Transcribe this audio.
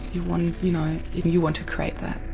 you want you know you want to create that.